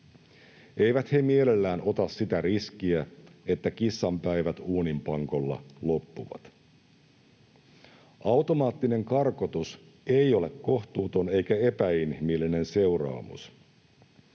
Eivät he mielellään ota sitä riskiä, että kissanpäivät uuninpankolla loppuvat. Automaattinen karkotus ei ole kohtuuton eikä epäinhimillinen seuraamus.